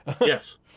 Yes